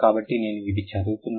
కాబట్టి నేను ఇవి చదువుతున్నాను